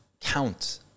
count